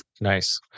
Nice